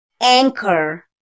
Anchor